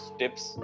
tips